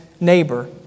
neighbor